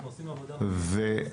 אנחנו עושים עבודה --- בסדר,